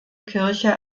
kirche